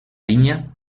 vinya